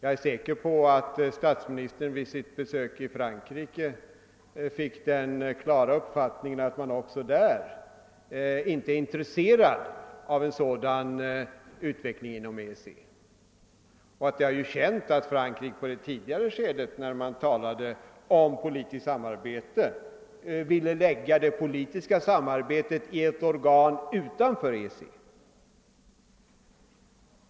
Jag är säker på att statsministern vid sitt besök i Frankrike fick den klara uppfattningen att man inte heller där var intresserad av en sådan utveckling inom EEC. Det är ju känt att Frankrike i det tidigare skedet då man: talade om politiskt samarbete ville lägga detta i ett organ utanför EEC.